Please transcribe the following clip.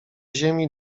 ziemi